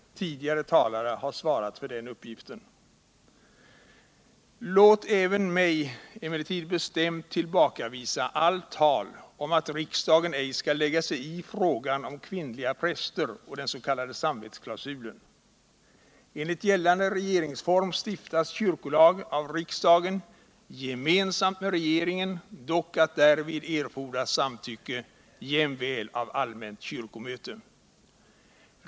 Tidigare talare har svarat för den uppgiften. Låt även mig bestämt tillbakavisa allt tal om att riksdagen ej skall lägga sig i frågan om kvinnliga präster och den s.k. samvetsklausulen. Enligt gällande regeringsform stiftas kyrkolagen av riksdagen gemensamt med regeringen, dock att därvid erfordras samtycke jämväl av allmänt kyrkomöte.